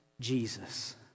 Jesus